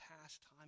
pastime